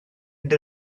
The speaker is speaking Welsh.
mynd